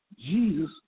Jesus